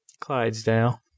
Clydesdale